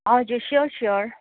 हजुर sure sure